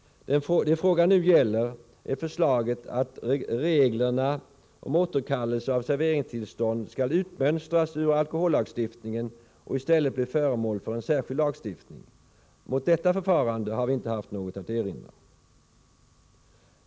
Det frågan nu gäller är förslaget att reglerna om återkallelse av serveringstillstånd skall utmönstras ur alkohollagstiftningen och i stället bli föremål för en särskild lagstiftning. Mot detta förfarande har vi inte haft något att erinra.